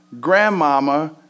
grandmama